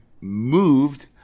moved